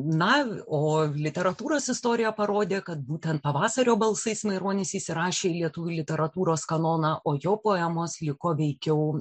na o literatūros istorija parodė kad būtent pavasario balsais maironis įsirašė į lietuvių literatūros kanoną o jo poemos liko veikiau